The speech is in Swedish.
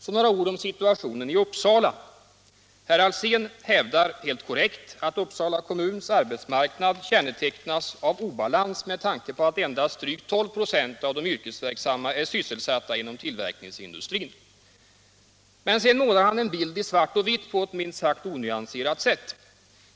Så några ord om situationen i Uppsala. Herr Alsén hävdar helt korrekt att Uppsala kommuns arbetsmarknad kännetecknas av obalans med tanke på att endast drygt 12 96 av de yrkesverksamma är sysselsatta inom tillverkningsindustrin. Men sedan målar han en bild i svart och vitt på ett minst sagt onyanserat sätt.